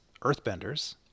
Earthbenders